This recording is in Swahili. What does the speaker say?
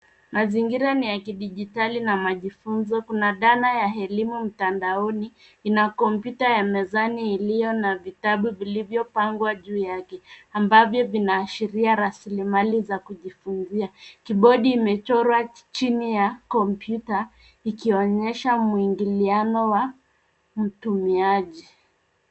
Mazingira ni ya kidijitali na majifunzo. Kuna dhana ya elimu mtandaoni. Ina kompyuta ya mezani iliyo na vitabu vilivyopangwa juu yake ambavyo vinaashiria rasilimali za kujifunza. Kibodi imechorwa chini ya kompyuta ikionyesha mwingiliano wa mtumiaji.